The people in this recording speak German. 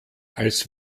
als